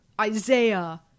Isaiah